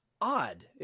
Odd